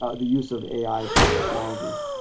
ah the use of ai technologies.